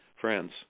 Friends